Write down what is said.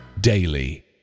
daily